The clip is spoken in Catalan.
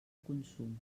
consum